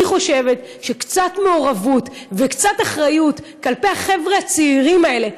אני חושבת שקצת מעורבות וקצת אחריות כלפי החבר'ה הצעירים האלה,